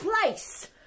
place